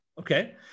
Okay